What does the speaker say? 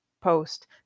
Post